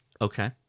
Okay